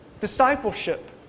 Discipleship